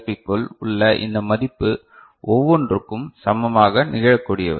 B க்குள் உள்ள இந்த மதிப்பு ஒவ்வொன்றும் சமமாக நிகழக்கூடியது